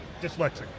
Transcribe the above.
Dyslexic